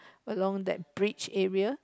along that bridge area